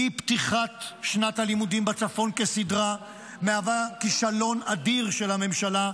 אי-פתיחת שנת הלימודים בצפון כסדרה היא כישלון אדיר של הממשלה,